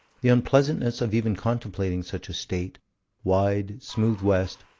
the unpleasantness of even contemplating such a state wide, smooth west,